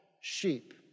sheep